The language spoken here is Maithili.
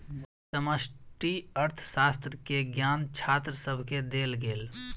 समष्टि अर्थशास्त्र के ज्ञान छात्र सभके देल गेल